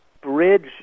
bridge